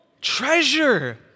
treasure